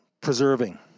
preserving